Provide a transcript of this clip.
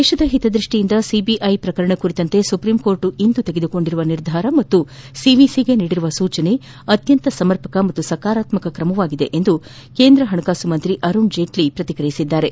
ದೇಶದ ಹಿತದೃಷ್ಟಿಯಿಂದ ಸಿಬಿಐ ಪ್ರಕರಣ ಕುರಿತಂತೆ ಸುಪ್ರೀಂಕೋರ್ಟ್ ಇಂದು ತೆಗೆದುಕೊಂಡಿರುವ ನಿರ್ಧಾರ ಹಾಗೂ ಸಿವಿಸಿಗೆ ನೀಡಿರುವ ಸೂಚನೆ ಅತ್ಯಂತ ಸಮರ್ಪಕ ಮತ್ತು ಸಕಾರಾತ್ಮಕ ಕ್ರಮವಾಗಿದೆ ಎಂದು ಕೇಂದ್ರ ಹಣಕಾಸು ಸಚಿವ ಅರುಣ್ ಜೇಟ್ಲಿ ಹೇಳಿದ್ದಾರೆ